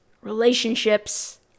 relationships